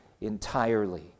entirely